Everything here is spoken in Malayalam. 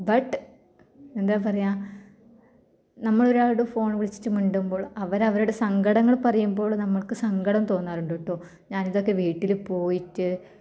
ബട്ട് എന്താണ് പറയുക നമ്മൾ ഒരാളോട് ഫോൺ വിളിച്ചിട്ട് മിണ്ടുമ്പോൾ അവരവരുടെ സങ്കടങ്ങൾ പറയുമ്പോൾ നമുക്ക് സങ്കടം തോന്നാറുണ്ട് കേട്ടോ ഞാനിതൊക്കെ വീട്ടിൽ പോയിട്ട്